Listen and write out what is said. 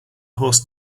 horse